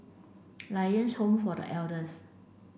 Lions Home for The Elders